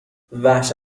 وحشت